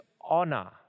honor